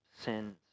sins